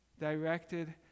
directed